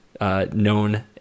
Known